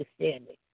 understanding